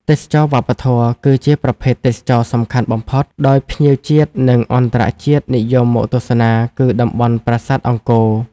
ទេសចរណ៍វប្បធម៌ គឺជាប្រភេទទេសចរសំខាន់បំផុត ដោយភ្ញៀវជាតិ និងអន្តរជាតិនិយមមកទស្សនា គឺតំបន់ប្រាសាទអង្គរ។